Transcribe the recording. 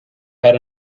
had